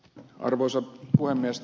arvoisa puhemies